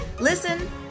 Listen